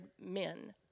men